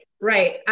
Right